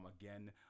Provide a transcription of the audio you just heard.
again